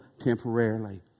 temporarily